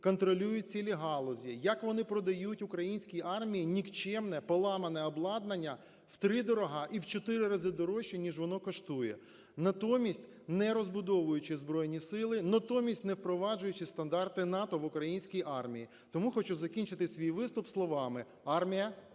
контролюють цілі галузі, як вони продають українській армії нікчемне поламане обладнання втридорога і 4 рази дорожче, ніж воно коштує, натомість не розбудовуючи Збройні Сили, натомість не впроваджуючи стандарти НАТО в українській армії. Тому хочу закінчити свій виступ словами: армія,